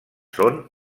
són